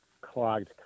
clogged